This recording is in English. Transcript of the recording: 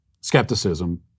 skepticism